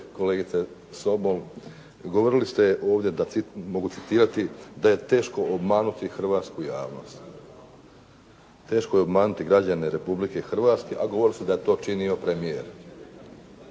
Kolegice Sobol govoriti ste ovdje, mogu citirati: "da je teško obmanuti hrvatsku javnost". Teško je obmanuti građane Republike Hrvatske, a govorili ste da je to činio premijer.